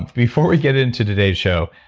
before we get into today show,